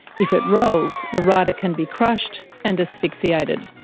if it rolls, the rider can be crushed and asphyxiated.